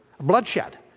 Bloodshed